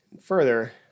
Further